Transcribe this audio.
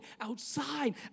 outside